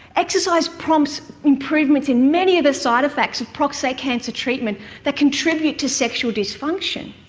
exercise prompts improvements in many of the side effects of prostate cancer treatment that contribute to sexual dysfunction.